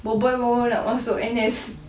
boboi baru nak masuk N_S